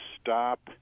stop